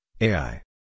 AI